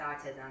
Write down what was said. autism